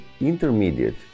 intermediate